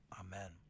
Amen